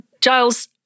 Giles